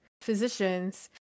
physicians